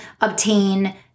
obtain